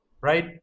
right